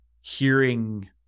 hearing